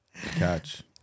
catch